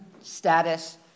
status